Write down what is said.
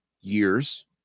Years